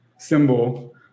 symbol